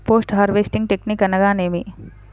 Post harvesting technique అనగా నేమి?